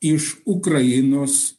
iš ukrainos